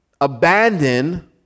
abandon